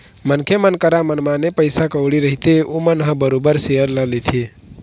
मनखे मन करा मनमाने पइसा कउड़ी रहिथे ओमन ह बरोबर सेयर ल लेथे